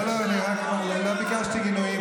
לא, לא, אני לא ביקשתי גינויים.